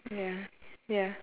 ya ya